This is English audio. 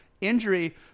injury